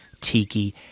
tiki